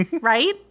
right